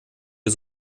wir